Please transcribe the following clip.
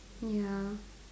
ya